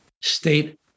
state